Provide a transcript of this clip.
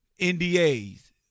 NDAs